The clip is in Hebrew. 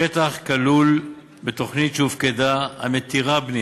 השטח כלול בתוכנית שהופקדה המתירה בנייה,